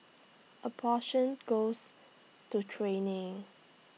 A portion goes to training